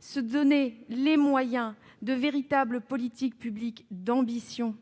se donner les moyens de véritables politiques publiques ambitieuses